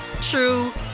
true